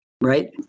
Right